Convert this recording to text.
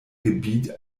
gebiet